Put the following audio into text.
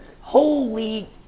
holy